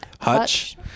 Hutch